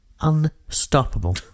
unstoppable